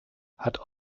hat